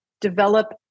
develop